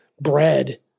bread